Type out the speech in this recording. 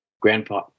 grandpa